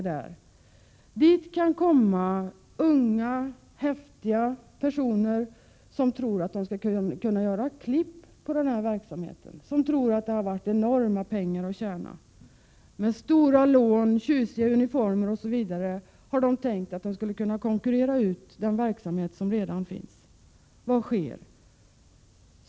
Unga och häftiga personer, som trott att de skall kunna göra klipp på denna typ av verksamhet, som trott att det har funnits enorma pengar att tjäna. Med stora lån, tjusiga uniformer osv. har de tänkt att de skulle kunna konkurrera ut den verksamhet som redan funnits. Vad har då skett?